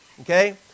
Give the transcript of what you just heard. okay